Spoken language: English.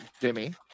Jimmy